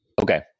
okay